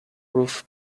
roof